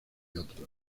otros